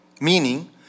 Meaning